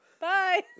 Bye